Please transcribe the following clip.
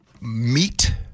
Meat